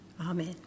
Amen